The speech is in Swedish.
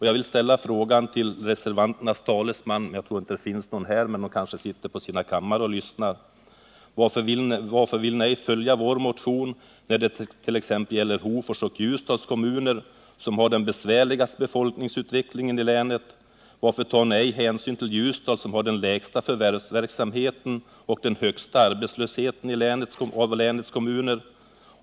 Jag vill ställa frågan till reservanternas talesman: Varför vill ni ej följa vår motion när det t.ex. gäller Hofors och Ljusdals kommuner, som har den besvärligaste befolkningsutvecklingen i länet? Varför tar ni ej hänsyn till Ljusdal som har den lägsta förvärvsverksamheten och den högsta arbetslösheten av länets kommuner?